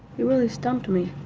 really stumped me.